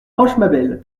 rochemabelle